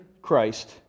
Christ